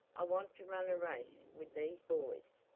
i want to run a race with these boys.